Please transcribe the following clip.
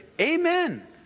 amen